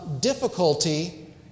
difficulty